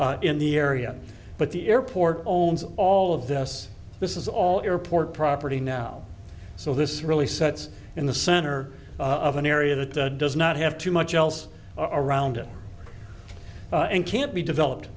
in the area but the airport own all of this this is all airport property now so this really sets in the center of an area that does not have too much else around it and can't be developed